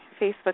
Facebook